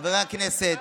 חברי הכנסת,